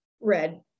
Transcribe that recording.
red